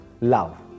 Love